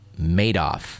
Madoff